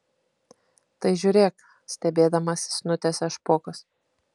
tai žiūrėk stebėdamasis nutęsia špokas